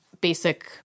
basic